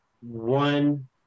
one